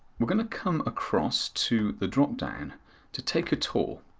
we are going to come across to the dropdown to take a tour.